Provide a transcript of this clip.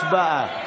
הצבעה.